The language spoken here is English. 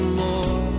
more